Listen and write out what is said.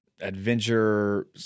adventure